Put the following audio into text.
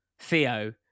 Theo